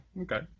Okay